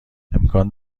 امکان